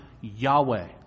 Yahweh